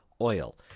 oil